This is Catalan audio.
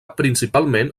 principalment